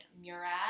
murad